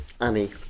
Annie